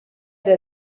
der